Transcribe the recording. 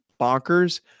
bonkers